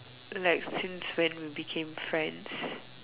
like since when did we became friends